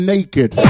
Naked